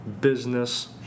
business